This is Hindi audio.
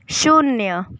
शून्य